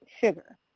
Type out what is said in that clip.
sugar